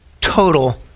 total